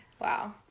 Wow